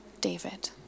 David